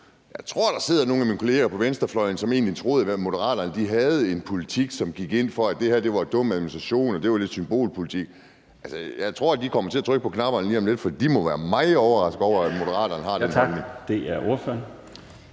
Jeg tror, der sidder nogle af mine kolleger på venstrefløjen, som egentlig troede, at Moderaterne havde en politik, som gik ind for, at det her var dum administration, og det var symbolpolitik. Jeg tror, de kommer til at trykke på knapperne lige om lidt, for de må være meget overraskede over, at Moderaterne har den holdning.